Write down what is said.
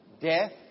death